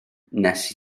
nes